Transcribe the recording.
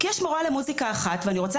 כי יש מורה למוזיקה אחת ואני רוצה